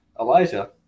Elijah